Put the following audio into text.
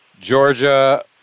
Georgia